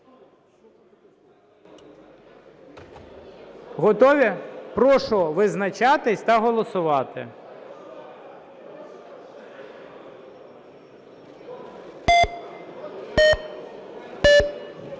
Готові? Прошу визначатись та голосувати.